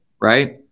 Right